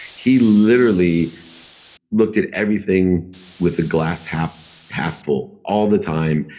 he literally looked at everything with the glass half half full. all the time.